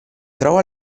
trova